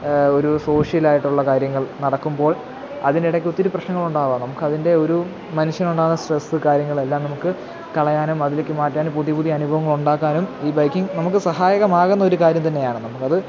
ഒരു സോഷ്യൽ ആയിട്ടുള്ള കാര്യങ്ങൾ നടക്കുമ്പോൾ അതിനിടക്കൊത്തിരി പ്രശ്നങ്ങൾ ഉണ്ടാകാം നമുക്കതിൻ്റെ ഒരു മനുഷ്യനുണ്ടാകുന്ന സ്ട്രെസ് കാര്യങ്ങളെല്ലാം നമുക്ക് കളയാനും അതിലേക്കു മാറ്റാനും പുതിയ പുതിയ അനുഭവങ്ങളുണ്ടാക്കാനും ഈ ബൈക്കിങ്ങ് നമുക്ക് സഹായകമാകുന്നൊരു കാര്യം തന്നെയാണ് നമുക്കത്